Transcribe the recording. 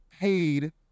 paid